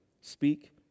speak